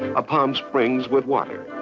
a palm springs with water.